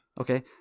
Okay